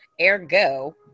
ergo